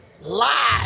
live